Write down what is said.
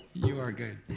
you are good.